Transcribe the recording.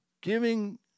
giving